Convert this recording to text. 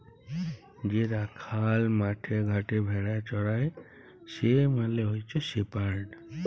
যে রাখাল মাঠে ঘাটে ভেড়া চরাই সে মালে হচ্যে শেপার্ড